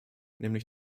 nämlich